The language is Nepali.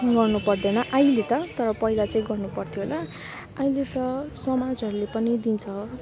गर्नुपर्दैन अहिले त तर पहिला चाहिँ गर्नुपर्थ्यो होला अहिले त समाजहरूले पनि दिन्छ